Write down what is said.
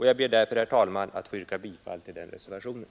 Jag ber därför, herr talman, att få yrka bifall till den reservationen.